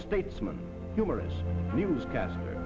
statesman humorous newscast